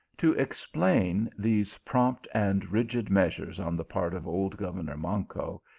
to explain these prompt and rigid measures on the part of old governor manco,